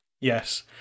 Yes